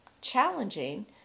challenging